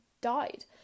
died